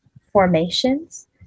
formations